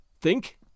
Think